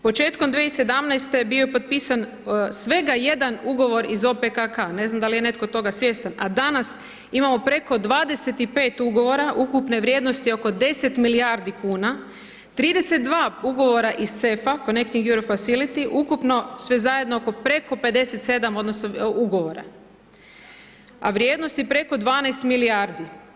Početkom 2017. bio je potpisan svega jedan ugovor iz OPKK, ne znam da li je netko toga svjestan a danas imamo preko 25 ugovora ukupne vrijednosti oko 10 milijardi kuna, 32 ugovora iz CEF-a, Connecting Europe Facility, ukupno sve zajedno preko 57 odnosno ugovora a vrijednosti preko 12 milijardi.